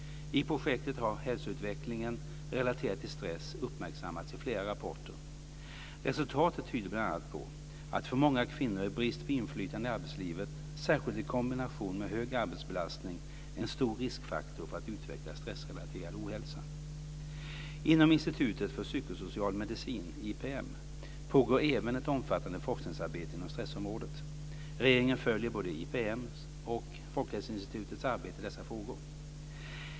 I projektet har hälsoutvecklingen relaterad till stress uppmärksammats i flera rapporter. Resultat tyder bl.a. på att för många kvinnor är brist på inflytande i arbetslivet, särskilt i kombination med hög arbetsbelastning, en stor riskfaktor för att utveckla stressrelaterad ohälsa. Inom Institutet för psykosocial medicin, IPM, pågår även ett omfattande forskningsarbete inom stressområdet. Regeringen följer både IPM:s och FHI:s arbete i dessa frågor.